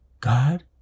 God